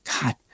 God